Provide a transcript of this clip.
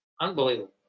unbelievable